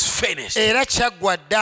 finished